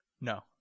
No